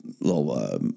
little